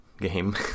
game